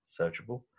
searchable